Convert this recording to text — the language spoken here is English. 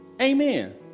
Amen